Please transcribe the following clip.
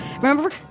Remember